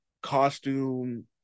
costume